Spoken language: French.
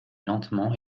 lentement